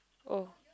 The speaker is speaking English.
oh